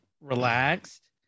relaxed